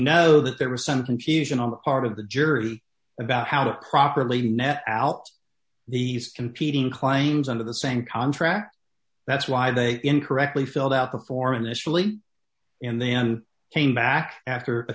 know that there was some confusion on the part of the jurors about how to properly net out these competing claims under the same contract that's why they incorrectly filled out the form initially and then came back after a